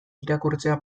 irakurtzea